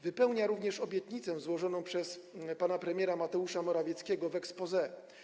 Wypełnia on obietnicę złożoną przez pana premiera Mateusza Morawieckiego w exposé.